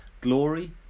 glory